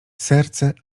serce